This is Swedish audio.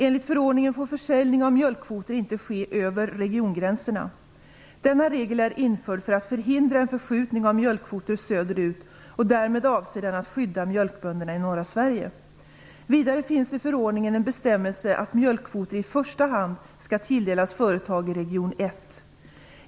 Enligt förordningen får försäljning av mjölkkvoter inte ske över regiongränserna. Denna regel är införd för att man skall förhindra en förskjutning av mjölkkvoter söderut, och därmed avser den att skydda mjölkbönderna i norra Sverige. Vidare finns i förordningen en bestämmelse om att mjölkkvoter i första hand skall tilldelas företag i region 1.